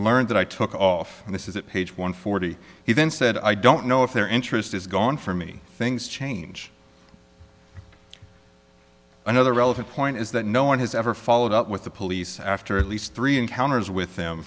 learned that i took off and this is it page one forty he then said i don't know if their interest is gone for me things change another relevant point is that no one has ever followed up with the police after at least three encounters with them